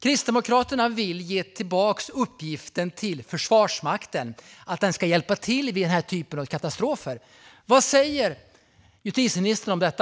Kristdemokraterna vill ge tillbaka uppgiften till Försvarsmakten att hjälpa till vid den här typen av katastrofer. Vad säger justitieministern om detta?